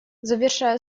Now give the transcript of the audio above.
завершая